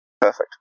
Perfect